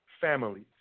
families